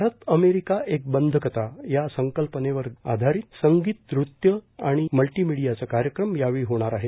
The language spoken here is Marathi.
भारत अमेरिका एक बंधकथा या संकल्पनेवर घेऊन संगीत नृत्य आणि मल्टीमिडियाचा कार्यक्रम यावेळी होणार आहे